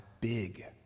big